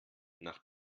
nach